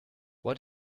what